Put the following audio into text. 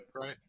Right